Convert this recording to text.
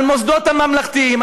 על המוסדות הממלכתיים,